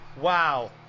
wow